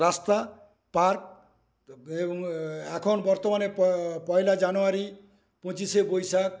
রাস্তা পার্ক এবং এখন বর্তমানে পয়লা জানুয়ারী পঁচিশে বৈশাখ